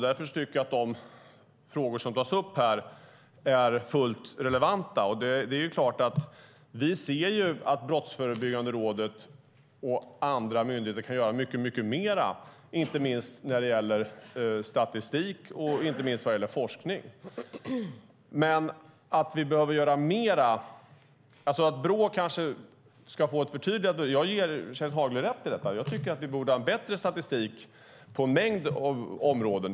Därför tycker jag att de frågor som tas upp här är fullt relevanta. Vi ser att Brottsförebyggande rådet och andra myndigheter kan göra mycket mer, inte minst när det gäller statistik och forskning. Jag ger Kerstin Haglö rätt i att Brå kanske ska få ett förtydligande. Jag tycker att vi borde ha en bättre statistik på en mängd områden.